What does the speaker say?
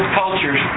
cultures